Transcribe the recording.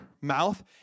mouth